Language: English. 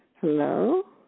Hello